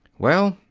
well,